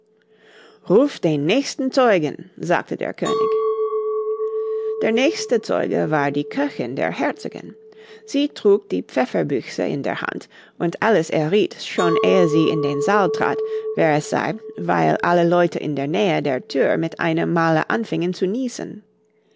ruft den nächsten zeugen sagte der könig der nächste zeuge war die köchin der herzogin sie trug die pfefferbüchse in der hand und alice errieth schon ehe sie in den saal trat wer es sei weil alle leute in der nähe der thür mit einem male anfingen zu niesen